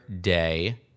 day